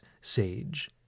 sage